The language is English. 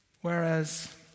Whereas